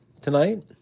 tonight